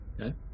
Okay